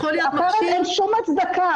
אין שום הצדקה